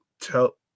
tell